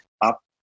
up